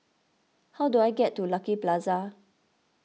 how do I get to Lucky Plaza